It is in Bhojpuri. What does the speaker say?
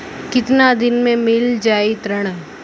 कितना दिन में मील जाई ऋण?